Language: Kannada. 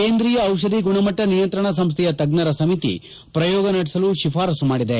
ಕೇಂದ್ರಿಯ ಔಷಧಿ ಗುಣಮಟ್ಟ ನಿಯಂತ್ರಣ ಸಂಸ್ಡೆಯ ತಜ್ಞರ ಸಮಿತಿ ಪ್ರಯೋಗ ನಡೆಸಲು ಶಿಫಾರಸ್ಟು ಮಾಡಿದೆ